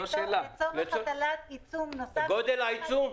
לצורך הטלת עיצום נוסף --- גודל העיצום?